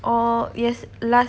all yes last